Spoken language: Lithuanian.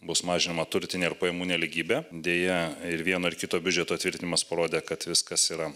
bus mažinama turtinė ir pajamų nelygybė deja ir vieno ir kito biudžeto tvirtinimas parodė kad viskas yra